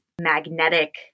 magnetic